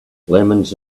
lemons